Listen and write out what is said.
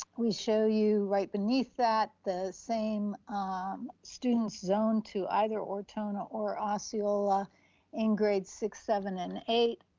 we show you, right beneath that, the same student zone to either ortona or osceola in grade six, seven, and eight,